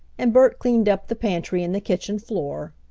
and bert cleaned up the pantry and the kitchen floor.